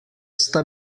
sta